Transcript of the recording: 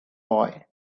boy